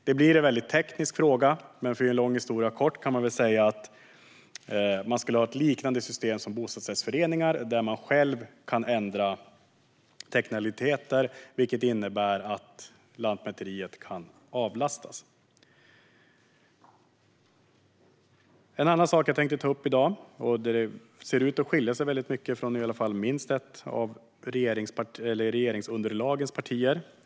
Det blir en teknisk fråga. Men för att göra en lång historia kort kan jag säga att man skulle ha ett system som liknar det bostadsrättsföreningar har, där man själv kan ändra teknikaliteter, vilket innebär att Lantmäteriet skulle kunna avlastas. En annan sak jag tänkte ta upp i dag är att vi moderater anser att äganderätten är en grundläggande fri och rättighet i regeringsformen.